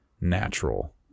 natural